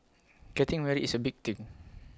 getting married is A big thing